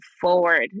forward